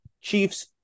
Chiefs